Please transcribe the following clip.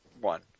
one